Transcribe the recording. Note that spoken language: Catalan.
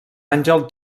àngel